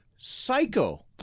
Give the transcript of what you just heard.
Psycho